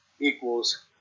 equals